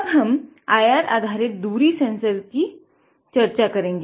अब हम IR आधारित दूरी सेंसर की चर्चा करेंगे